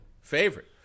favorite